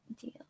deal